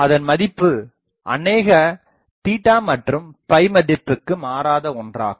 அதன் மதிப்பு அநேக மற்றும் மதிப்பிற்கு மாறாதஒன்றாகும்